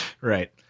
Right